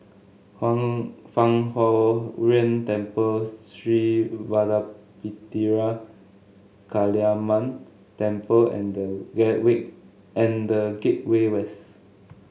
Fang Huo Yuan Temple Sri Vadapathira Kaliamman Temple and the Gateway and The Gateway West